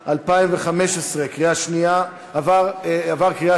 התשע"ה 2014, נתקבל.